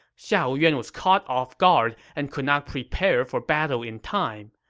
xiahou yuan was caught off guard and could not prepare for battle in time.